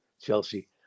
Chelsea